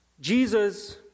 Jesus